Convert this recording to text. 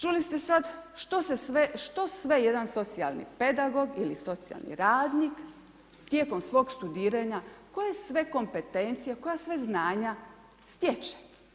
Čuli ste sad što sve jedan socijalni pedagog ili socijalni radnih tijekom svog studiranja, koje sve kompetencije, koja sve znanja stječe.